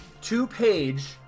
two-page